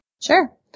Sure